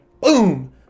boom